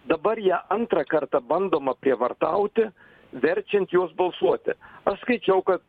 dabar ją antrą kartą bandoma prievartauti verčiant juos balsuoti aš skaičiau kad